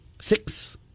Six